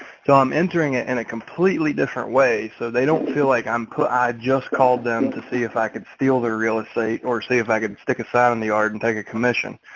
so i'm entering it in and a completely different way. so they don't feel like i'm put i just called them to see if i could steal their real estate or see if i could stick a sign in the yard and take a commission.